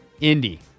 Indy